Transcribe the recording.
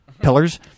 pillars